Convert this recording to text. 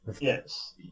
Yes